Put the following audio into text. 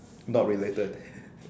not related